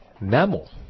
mammal